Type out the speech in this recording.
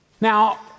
Now